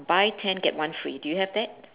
buy ten get one free do you have that